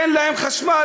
אין להם חשמל.